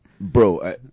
Bro